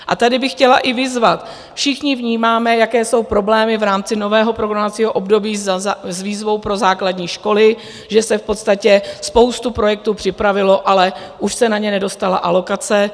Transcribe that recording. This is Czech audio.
A tady bych chtěla i vyzvat všichni vnímáme, jaké jsou problémy v rámci nového programovacího období s výzvou pro základní školy, že se v podstatě spoustu projektů připravilo, ale už se na ně nedostala alokace.